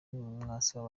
wasaba